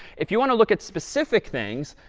if you want to look at specific things,